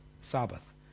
Sabbath